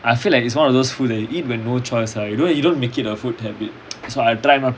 I feel like it's one of food that you eat when no choice ah you don't make it a food habit so I try not to